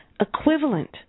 Equivalent